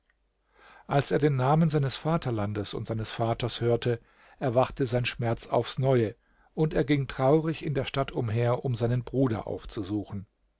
als er den namen seines vaterlandes und seines vaters hörte erwachte sein schmerz aufs neue und er ging traurig in der stadt umher um seinen bruder aufzusuchen